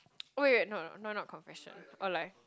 oh wait wait no no no not confession or like